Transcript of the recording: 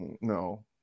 No